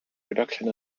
production